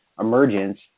emergence